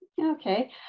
Okay